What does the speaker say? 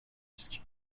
disques